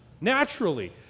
Naturally